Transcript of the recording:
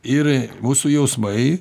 ir mūsų jausmai